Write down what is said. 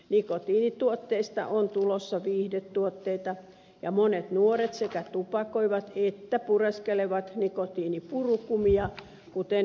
nikotiinituotteista on tulossa viihdetuotteita ja monet nuoret sekä tupakoivat että pureskelevat nikotiinipurukumia kuten ed